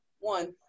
One